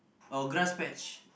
oh grass patch